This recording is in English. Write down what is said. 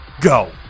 Go